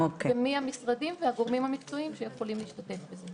ומי המשרדים והגורמים המקצועיים שיכולים להשתתף בזה.